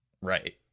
Right